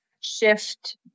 shift